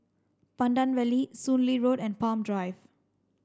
Pandan Valley Soon Lee Road and Palm Drive